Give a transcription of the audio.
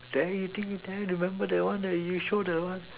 there you think you cannot remember the one that you show that one